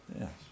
Yes